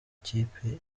kipe